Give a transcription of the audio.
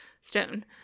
Stone